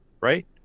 Right